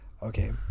Okay